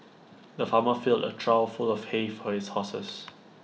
the farmer filled A trough full of hay for his horses